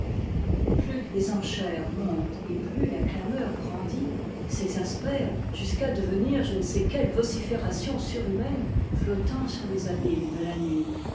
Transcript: plus les enchères montent et plus la clameur grandit s'exaspère jusqu'à devenir je ne sais quelle vocifération surhumaine flottant sur les abîmes de la nuit